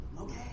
okay